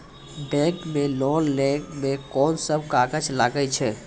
Bank मे loan लै मे कोन सब कागज लागै छै?